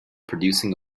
producing